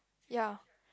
ya